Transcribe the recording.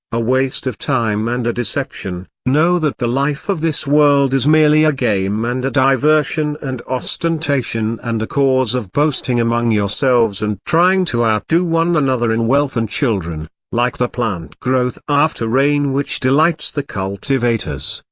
a waste of time and a deception know that the life of this world is merely a game and a diversion and ostentation and a cause of boasting among yourselves and trying to outdo one another in wealth and children like the plant-growth after rain which delights the cultivators,